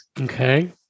Okay